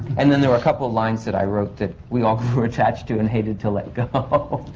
and then there were a couple of lines that i wrote that we all grew attached to and hated to let go. ah